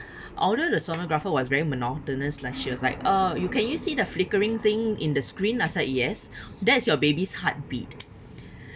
although the sonographer was very monotonous like she was like uh you can you see the flickering thing in the screen I said yes that is your baby's heartbeat